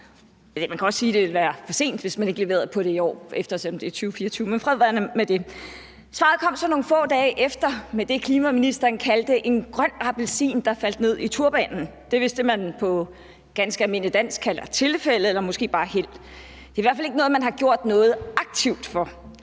man kan også sige, at det ville være for sent, hvis man ikke leverede på det i år, eftersom vi befinder os i år 2024, men fred være med det. Svaret kom så nogle få dage efter med det, klimaministeren kaldte en grøn appelsin, der faldt ned i turbanen – det er vist det, man på ganske almindeligt dansk kalder et tilfælde eller måske bare held. Det er i hvert fald ikke noget, man har gjort noget aktivt for,